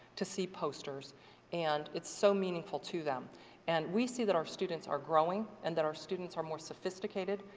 to see posters and it's so meaningful to them and we see that our students are growing and that are students are more sophisticated.